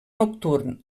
nocturn